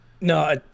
No